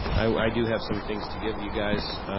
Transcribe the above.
i do have some things to give you guys.